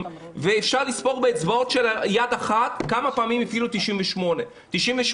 ואפשר לספור באצבעות יד אחת כמה פעמים הפעילו את סעיף 98. 98,